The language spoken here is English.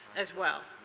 as well.